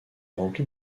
rempli